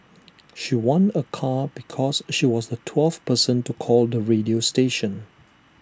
she won A car because she was the twelfth person to call the radio station